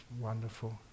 wonderful